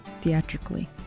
theatrically